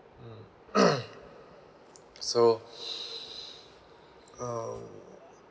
mm so um